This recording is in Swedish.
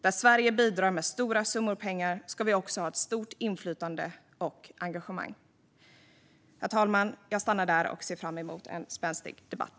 Där Sverige bidrar med stora summor pengar ska vi också ha stort inflytande och engagemang. Herr talman! Jag stannar där och ser fram emot en spänstig debatt.